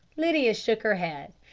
lydia shook her head.